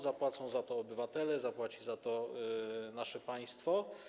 Zapłacą za to obywatele, zapłaci za to nasze państwo.